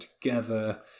together